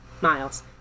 miles